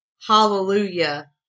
Hallelujah